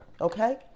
Okay